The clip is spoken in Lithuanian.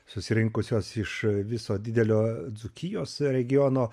susirinkusios iš viso didelio dzūkijos regiono